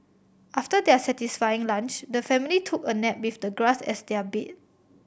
after their satisfying lunch the family took a nap with the grass as their bed